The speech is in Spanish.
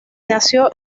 nació